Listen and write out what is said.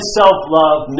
self-love